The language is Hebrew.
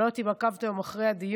אני לא יודעת אם עקבתם אחרי הדיון,